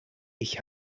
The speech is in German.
ich